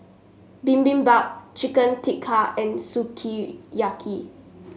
Bibimbap Chicken Tikka and Sukiyaki